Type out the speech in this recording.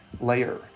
layer